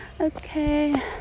okay